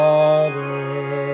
Father